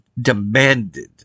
demanded